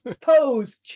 pose